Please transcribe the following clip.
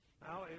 Now